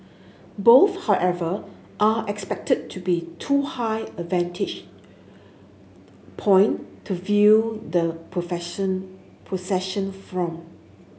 both however are expected to be too high a vantage point to view the profession procession from